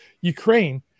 Ukraine